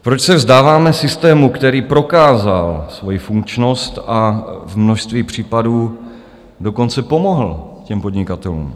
Proč se vzdáváme systému, který prokázal svoji funkčnost a v množství případů dokonce pomohl těm podnikatelům?